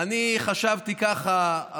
אני חשבתי ככה,